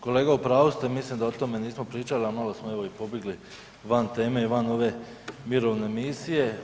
Kolega, u pravu ste, mislim da o tome nismo pričali, a malo smo evo i pobjegli van teme i van ove mirovne misije.